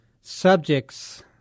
subjects